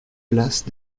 place